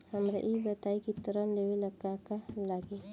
हमरा ई बताई की ऋण लेवे ला का का लागी?